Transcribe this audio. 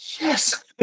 Yes